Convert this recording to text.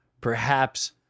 perhaps-